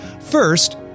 First